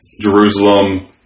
Jerusalem